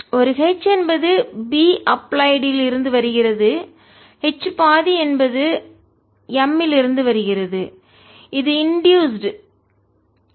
1H என்பது B applied இருந்து வருகிறது H பாதி½ என்பது M இல் இருந்து வருகிறது இது இன்டூசுடு தூண்டப்பட்டுள்ளது